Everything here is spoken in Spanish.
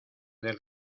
del